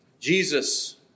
Jesus